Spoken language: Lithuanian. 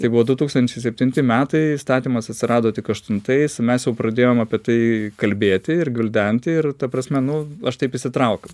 tai buvo du tūkstančiai septinti metai įstatymas atsirado tik aštuntais mes jau pradėjom apie tai kalbėti ir gvildenti ir ta prasme nu aš taip įsitraukiau